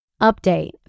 Update